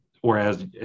Whereas